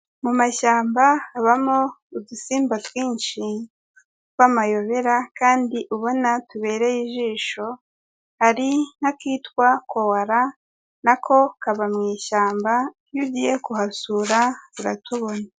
Mu mashyamba habamo udusimba twinshi tw'amayobera kandi ubona tubereye ijisho, hari nk'akitwa kowara, na ko kaba mu ishyamba, iyo ugiye kuhasura uratubona.